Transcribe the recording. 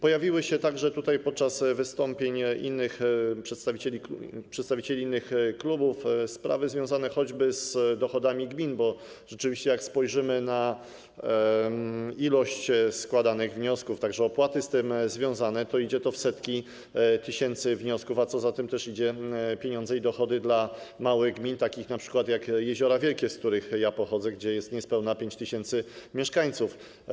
Pojawiły się także tutaj podczas wystąpień przedstawicieli innych klubów sprawy związane choćby z dochodami gmin, bo rzeczywiście, jak spojrzymy na ilość składanych wniosków, także opłaty z tym związane, to idzie to w setki tysięcy wniosków, a co za tym też idzie - pieniądze i dochody małych gmin, np. takich jak Jeziora Wielkie, z których ja pochodzę, gdzie jest niespełna 5 tys. mieszkańców.